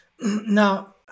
Now